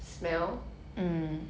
smell